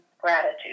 gratitude